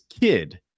kid